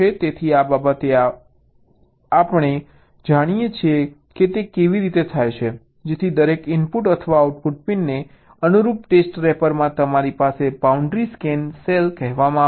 તેથી આ આપણે બતાવીએ છીએ કે તે કેવી રીતે થાય છે જેથી દરેક ઇનપુટ અથવા આઉટપુટ પિનને અનુરૂપ ટેસ્ટ રેપરમાં તમારી પાસે બાઉન્ડ્રી સ્કેન સેલ કહેવાય છે